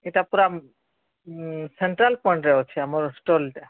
ହେଟା ପୁରା ସେଣ୍ଟ୍ରାଲ୍ ପଏଣ୍ଟରେ ଅଛେ ଆମର୍ ଷ୍ଟଲ୍ଟା